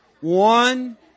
One